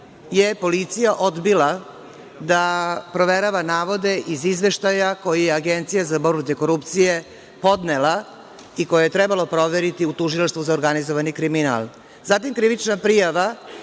je policija odbila da proverava navode iz izveštaja koji je Agencija za borbu protiv korupcije podnela i koji je trebalo proveriti u Tužilaštvu za organizovani kriminal. Zatim, krivična prijava